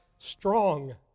strong